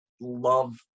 love